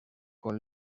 con